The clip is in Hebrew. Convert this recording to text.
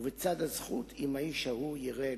ובצד הזכות אם האיש ההוא ירא אלוקים,